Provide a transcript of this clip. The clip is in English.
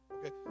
Okay